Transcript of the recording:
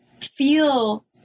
feel